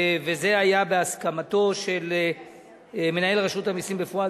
וזה היה בהסכמתו של מנהל רשות המסים בפועל,